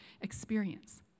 experience